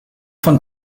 von